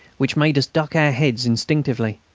which made us duck our heads instinctively.